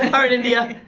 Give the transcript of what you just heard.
ah alright india,